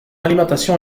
alimentation